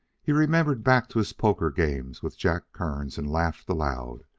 he remembered back to his poker games with jack kearns, and laughed aloud.